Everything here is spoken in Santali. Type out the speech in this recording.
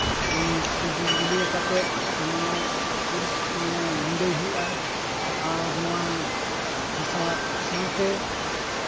ᱥᱤ ᱫᱩᱞ ᱫᱩᱞᱭᱟᱹ ᱠᱟᱛᱮᱫ ᱢᱟᱱᱮ ᱯᱚᱨᱤᱥ ᱢᱟᱱᱮ ᱜᱩᱸᱰᱟᱹᱭ ᱦᱩᱭᱩᱜᱼᱟ ᱟᱨ ᱱᱚᱣᱟ ᱦᱟᱥᱟ ᱥᱟᱶᱛᱮ